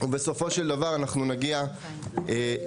ובסופו של דבר אנחנו נגיע להכרעה.